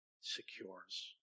secures